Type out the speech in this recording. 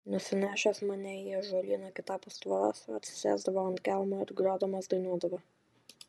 nusinešęs mane į ąžuolyną kitapus tvoros atsisėsdavo ant kelmo ir grodamas dainuodavo